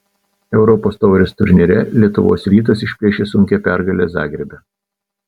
europos taurės turnyre lietuvos rytas išplėšė sunkią pergalę zagrebe